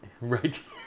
Right